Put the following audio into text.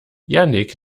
jannick